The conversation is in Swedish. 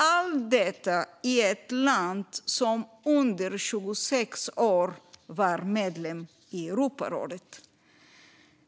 Allt detta sker i ett land som under 26 år var medlem i Europarådet.